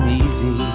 easy